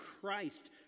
Christ